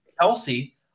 Kelsey